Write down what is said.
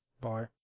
Bye